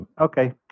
Okay